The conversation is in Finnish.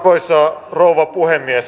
arvoisa rouva puhemies